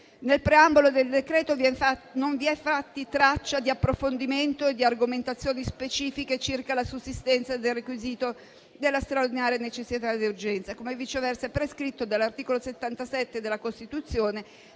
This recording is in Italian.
Nel preambolo del decreto non vi è traccia di approfondimento e di argomentazioni specifiche circa la sussistenza del requisito della straordinaria necessità ed urgenza, come viceversa prescritto dall'articolo 77 della Costituzione,